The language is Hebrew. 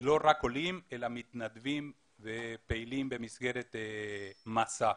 לא רק עולים, אלא מתנדבים ופעילים במסגרת 'מסע'.